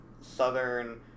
Southern